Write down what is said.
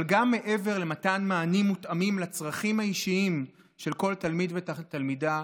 אבל גם מעבר למתן מענים מותאמים לצרכים האישיים של כל תלמיד ותלמידה,